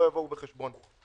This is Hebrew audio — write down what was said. לא ייספרו הימים במניין.